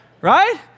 right